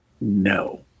No